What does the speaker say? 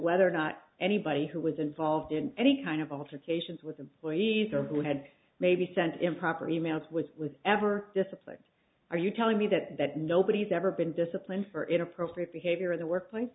whether or not anybody who was involved in any kind of altercations with employees or who had maybe sent improper e mails was ever disciplined are you telling me that that nobody's ever been disciplined for inappropriate behavior in the workplace